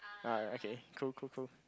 ah ya okay cool cool cool